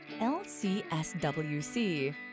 LCSWC